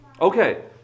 okay